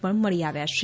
પણ મળી આવ્યા છે